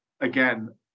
again